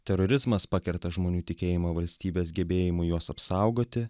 terorizmas pakerta žmonių tikėjimą valstybės gebėjimu juos apsaugoti